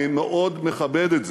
אני מאוד מכבד את זה,